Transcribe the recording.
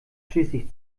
schließlich